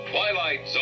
Twilight